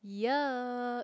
ya